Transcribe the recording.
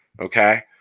Okay